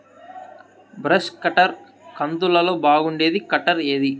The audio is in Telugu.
బ్రష్ కట్టర్ కంతులలో బాగుండేది కట్టర్ ఏది?